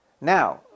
Now